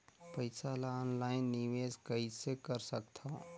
पईसा ल ऑनलाइन निवेश कइसे कर सकथव?